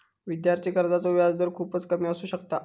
विद्यार्थी कर्जाचो व्याजदर खूपच कमी असू शकता